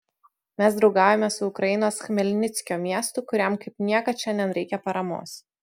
mes draugaujame su ukrainos chmelnickio miestu kuriam kaip niekad šiandien reikia paramos